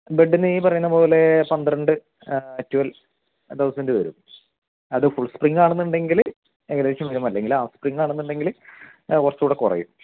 ബെഡിന് ഈ പറയുന്നത് പോലെ പന്ത്രണ്ട് ട്വൽവ് തൗസൻറ്റ് വരും അത് ഫുൾ സ്പ്രിങ്ങാണെന്നുണ്ടെങ്കിൽ ഏകദേശം വരും അല്ലെങ്കിൽ ഹാഫ് സ്പ്രിങ്ങാണെന്നുണ്ടെങ്കിൽ അത് കുറച്ചൂടെ കുറയും